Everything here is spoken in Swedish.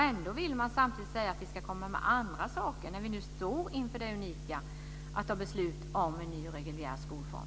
Ändå säger man samtidigt att vi ska komma med andra saker, trots att vi står inför det unika att fatta beslut om en ny reguljär skolform.